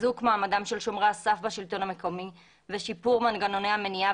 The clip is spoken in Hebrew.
חיזוק מעמדם של שומרי הסף בשלטון המקומי ושיפור מנגנוני המניעה